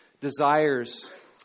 desires